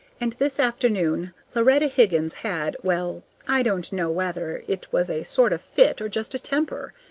and this afternoon loretta higgins had well, i don't know whether it was a sort of fit or just a temper.